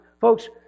folks